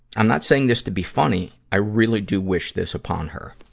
i'm not saying this to be funny. i really do wish this upon her.